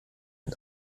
mit